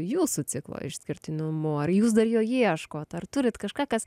jūsų ciklo išskirtinumu ar jūs dar jo ieškot ar turit kažką kas